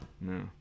No